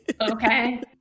Okay